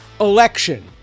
election